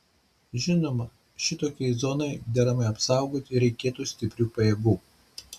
žinoma šitokiai zonai deramai apsaugoti reikėtų stiprių pajėgų